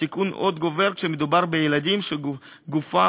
הסיכון עוד גובר כשמדובר בילדים שגופם